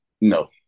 No